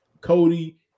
Cody